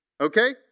Okay